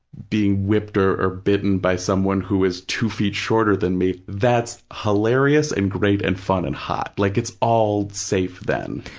being whipped or or bitten by someone who is two feet shorter than me, that's hilarious and great and fun and hot. like, it's all safe then.